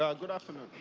ah good afternoon.